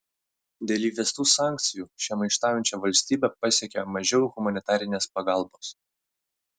dėl įvestų sankcijų šią maištaujančią valstybę pasiekia mažiau humanitarinės pagalbos